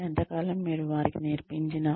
ఎంతకాలం మీరు వారికి నేర్పించినా